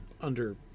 under-